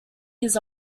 years